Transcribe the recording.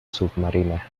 submarina